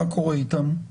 מה קורה אתם?